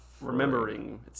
remembering